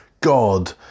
God